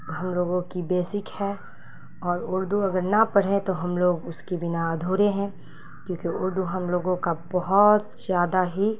ہم لوگوں کی بیشک ہے اور اردو اگر نہ پڑھیں تو ہم لوگ اس کی بنا ادھورے ہیں کیونکہ اردو ہم لوگوں کا بہت زیادہ ہی